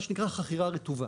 מה שנקרא חכירה רטובה,